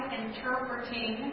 interpreting